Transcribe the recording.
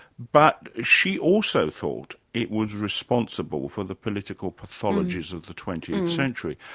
but she also thought it was responsible for the political pathologies of the twentieth century.